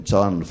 John